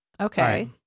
Okay